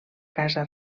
casa